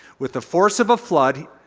with the force of a flood,